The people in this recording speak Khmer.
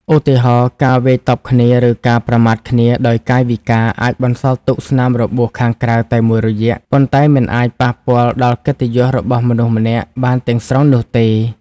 ឧទាហរណ៍ ការវាយតប់គ្នា ឬការប្រមាថគ្នាដោយកាយវិការ អាចបន្សល់ទុកស្នាមរបួសខាងក្រៅតែមួយរយៈ ប៉ុន្តែមិនអាចប៉ះពាល់ដល់កិត្តិយសរបស់មនុស្សម្នាក់បានទាំងស្រុងនោះទេ។